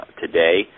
today